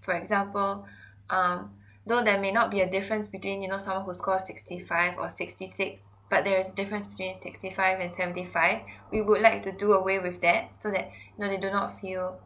for example err no that may not be a difference between you know someone who score sixty five or sixty six but there is difference between sixty five and seventy five we would like to do away with that so that no they do not feel